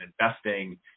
investing